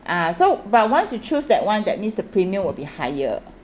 ah so but once you choose that one that means the premium will be higher